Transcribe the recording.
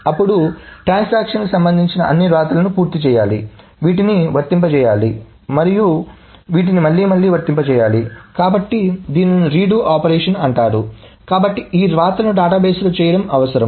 అప్పుడు ట్రాన్సాక్షన్ కి సంబంధించిన అన్ని వ్రాతలను పూర్తి చేయాలి వీటిని వర్తింపజేయాలి మరియు వీటిని మళ్లీ మళ్లీ వర్తింపజేయాలి కాబట్టి దీనిని రీడు ఆపరేషన్ అంటారు కాబట్టి ఆ వ్రాతలను డేటాబేస్లో చేయడం అవసరం